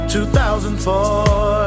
2004